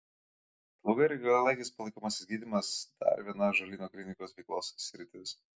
slauga ir ilgalaikis palaikomasis gydymas dar viena ąžuolyno klinikos veiklos sritis